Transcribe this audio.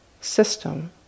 system